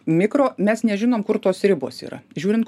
mikro mes nežinom kur tos ribos yra žiūrin